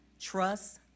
trust